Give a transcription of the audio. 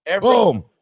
Boom